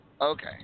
Okay